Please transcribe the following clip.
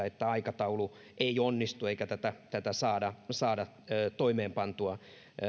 että aikataulu ei onnistu eikä tätä tätä saada saada toimeenpantua